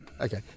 Okay